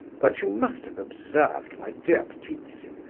but you must have observed, my dear ptitsin,